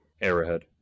Arrowhead